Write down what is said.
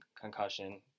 concussion